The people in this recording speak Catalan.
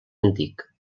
antic